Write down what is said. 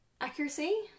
Accuracy